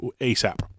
ASAP